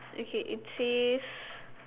okay it says